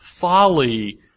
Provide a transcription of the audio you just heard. folly